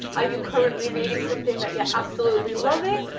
are you currently reading something that you're absolutely loving?